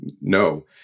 no